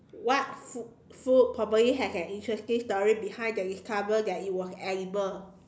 what food food probably has an interesting story behind the discovery that it was edible